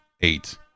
eight